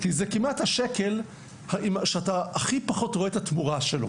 כי זה השקל שרואים את התמורה שלו כמעט הכי פחות.